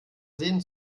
seen